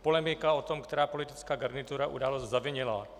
Polemika o tom, která politická garnitura událost zavinila.